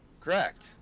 Correct